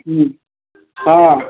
ହ ହଁ